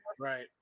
Right